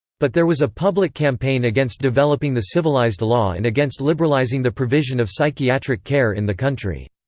but there was a public campaign against developing the civilized law and against liberalizing the provision of psychiatric care in the country.